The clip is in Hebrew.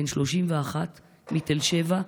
בן 31 מתל שבע,